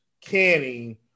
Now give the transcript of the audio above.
Canning